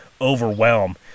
overwhelm